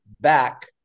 back